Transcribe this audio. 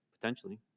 Potentially